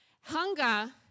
Hunger